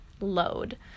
Load